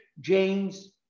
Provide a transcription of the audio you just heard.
James